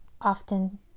often